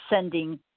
sending